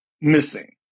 missing